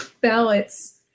ballots